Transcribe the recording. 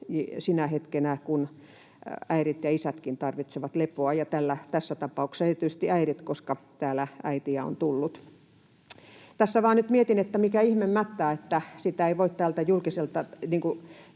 kun äidit ja isätkin tarvitsevat lepoa — ja tässä tapauksessa erityisesti äidit, koska tänne äitejä on tullut. Tässä vaan nyt mietin, että mikä ihme mättää, että sitä ei voi sanoa täältä